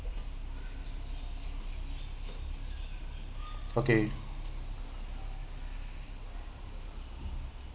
okay